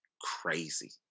crazy